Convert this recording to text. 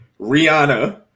Rihanna